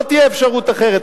לא תהיה אפשרות אחרת.